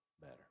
better